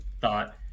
thought